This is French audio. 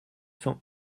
cent